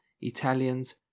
italians